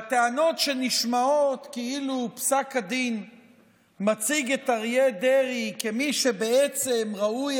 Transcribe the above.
והטענות שנשמעות כאילו פסק הדין מציג את אריה דרעי כמי שבעצם ראוי